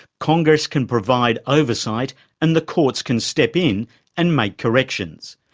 congress can provide oversight and the courts can step in and make corrections.